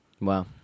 Wow